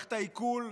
במערכת העיכול,